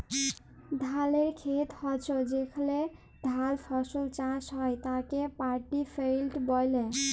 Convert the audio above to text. ধালের খেত হচ্যে যেখলে ধাল ফসল চাষ হ্যয় তাকে পাড্ডি ফেইল্ড ব্যলে